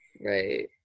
Right